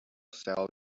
sell